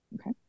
Okay